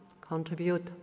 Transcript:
contribute